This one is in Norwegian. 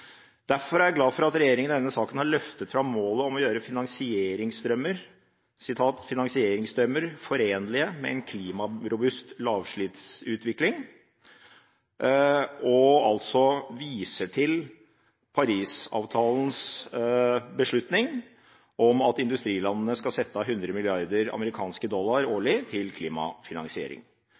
Derfor er jeg glad for at regjeringen i denne saken har løftet fram målet om å «gjøre finansieringsstrømmer forenlige med en klimarobust lavutslippsutvikling», og viser til Paris-avtalens beslutning om at industrilandene skal sette av 100 milliarder amerikanske dollar årlig til klimafinansiering.